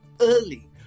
early